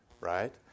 right